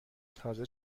تازه